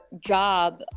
job